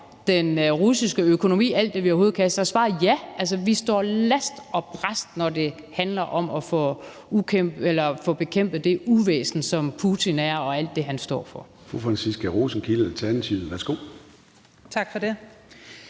den russiske økonomi alt det, vi overhovedet kan, er svaret ja. Altså, vi står last og brast, når det handler om at få bekæmpet det uvæsen, som Putin og alt det, han står for,